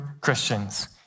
Christians